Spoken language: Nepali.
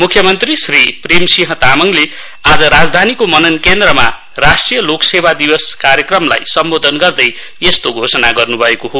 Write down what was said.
मुख्यमन्त्री श्री प्रेमसिंह तामाङले आज राजधानीको मनन केन्द्रमा राष्ट्रिय लोक सेवा दिवस कार्यक्रमलाई सम्बोधन गर्दै यस्तो घोषणा गर्नु भएको हो